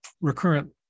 recurrent